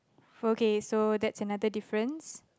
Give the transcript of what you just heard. okay so that's another difference